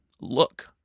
look